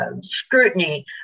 scrutiny